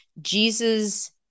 Jesus